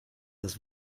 das